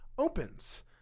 Opens